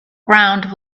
ground